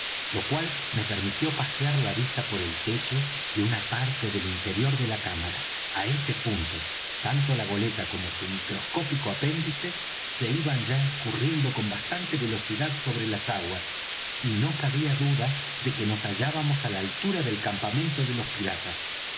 lo cual me permitió pasear la vista por el techo y una parte del interior de la cámara á este punto tanto la goleta como su microscópico apéndice se iban ya escurriendo con bastante velocidad sobre las aguas y no cabía duda de que nos hallábamos á la altura del campamento de los piratas